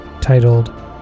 titled